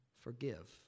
forgive